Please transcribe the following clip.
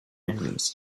enemies